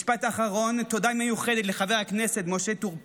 משפט אחרון, תודה מיוחדת לחבר הכנסת משה טור פז,